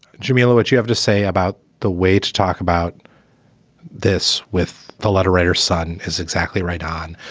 jamila, what you have to say about the way to talk about this with the letter writer son is exactly right on.